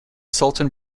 sultan